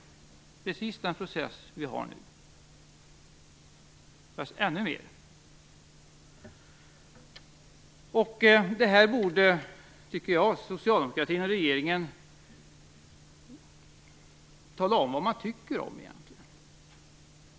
Det är precis den process som vi har nu - fast ännu mer. Jag tycker att socialdemokratin och regeringen borde tala om vad man egentligen tycker om detta.